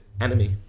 enemy